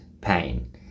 pain